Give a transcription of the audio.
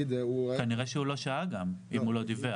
כנראה שהוא לא שהה אם הוא לא דיווח.